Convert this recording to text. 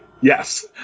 Yes